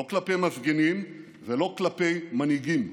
לא כלפי מפגינים ולא כלפי מנהיגים.